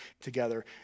together